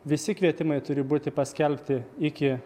visi kvietimai turi būti paskelbti iki